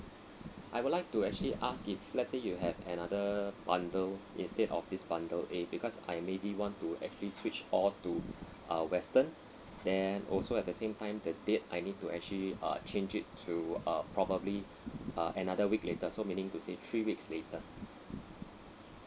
I would like to actually ask if let's say you have another bundle instead of this bundle A because I maybe want to actually switch all to uh western then also at the same time the date I need to actually uh change it to uh probably uh another week later so meaning to say three weeks later